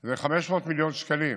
זה 500 מיליון שקלים